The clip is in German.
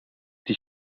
die